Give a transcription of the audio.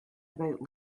about